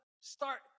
start